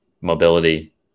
mobility